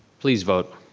please vote.